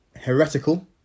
Heretical